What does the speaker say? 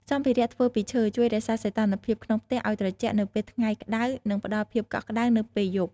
សម្ភារៈធ្វើពីឈើ ជួយរក្សាសីតុណ្ហភាពក្នុងផ្ទះឲ្យត្រជាក់នៅពេលថ្ងៃក្តៅ និងផ្តល់ភាពកក់ក្តៅនៅពេលយប់ ។